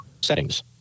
Settings